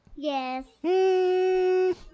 Yes